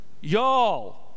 y'all